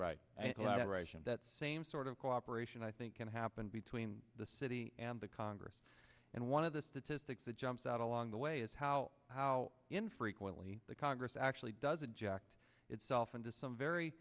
elaboration that same sort of cooperation i think can happen between the city and the congress and one of the statistics that jumps out along the way is how how infrequently the congress actually does it jacked itself into some very